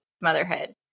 motherhood